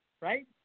Right